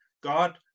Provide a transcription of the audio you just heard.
god